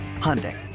Hyundai